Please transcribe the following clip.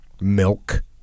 milk